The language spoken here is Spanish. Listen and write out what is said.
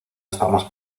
estábamos